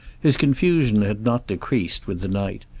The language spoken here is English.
his confusion had not decreased with the night,